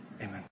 Amen